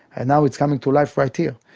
and now it's coming to life right here.